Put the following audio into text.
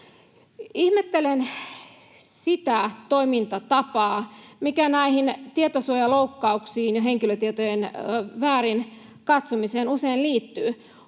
Ihmettelen sitä toimintatapaa, mikä näihin tietosuojaloukkauksiin ja henkilötietojen väärin katsomiseen usein liittyy.